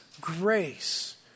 grace